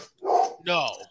No